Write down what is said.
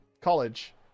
college